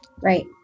Right